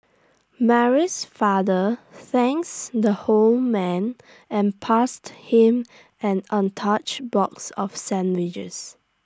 Mary's father thanks the whole man and passed him an untouched box of sandwiches